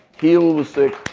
heal the sick.